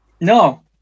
No